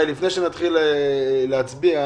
לפני שנצביע,